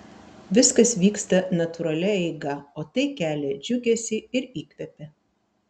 viskas vyksta natūralia eiga o tai kelia džiugesį ir įkvepia